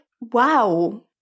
wow